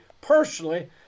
Personally